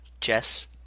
Jess